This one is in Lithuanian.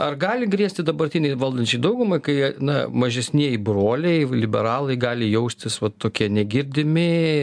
ar gali grėsti dabartinei valdančiai daugumai kai na mažesnieji broliai liberalai gali jaustis vat tokie negirdimi